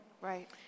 Right